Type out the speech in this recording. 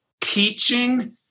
teaching